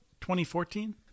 2014